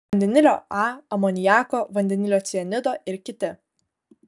vandenilio a amoniako vandenilio cianido ir kiti